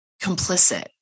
complicit